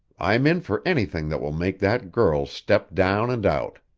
i'm in for anything that will make that girl step down and out.